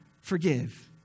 forgive